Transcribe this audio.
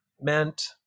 meant